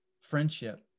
friendship